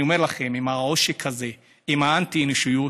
אני אומר לכם, עם העושק הזה, עם אנטי-אנושיות,